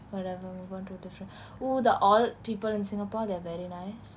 whatever I'm going to different oo the alt people in singapore they are very nice